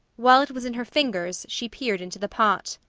while it was in her fingers, she peered into the pot.